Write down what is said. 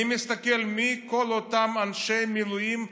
אני מסתכל מי כל אותם אנשי מילואים פעילים,